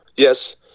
Yes